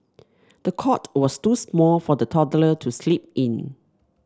the cot was too small for the toddler to sleep in